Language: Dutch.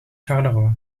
charleroi